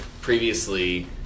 previously